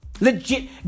Legit